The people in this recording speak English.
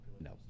No